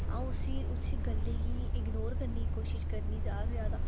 अ'ऊं उसी उसी गल्लै गी इग्नोर करनी दी कोशिश करनीं ज्याद से ज्यादा